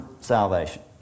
salvation